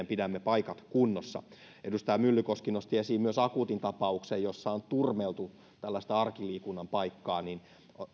pidämme paikat kunnossa edustaja myllykoski nosti esiin myös akuutin tapauksen jossa on turmeltu tällaista arkiliikunnan paikkaa ja